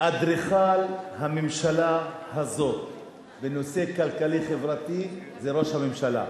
אדריכל הממשלה הזאת בנושא הכלכלי-חברתי הוא ראש הממשלה.